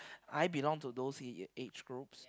I belong to those middle aged groups